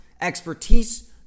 expertise